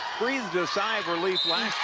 breathed a sigh of relief last